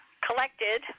collected